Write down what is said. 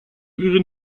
ihren